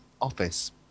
office